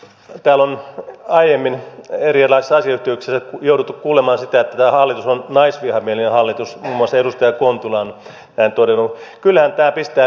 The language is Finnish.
täällä on aiemmin erilaisissa asiayhteyksissä jouduttu kuulemaan sitä että tämä hallitus on naisvihamielinen hallitus muun muassa edustaja kontula on näin todennut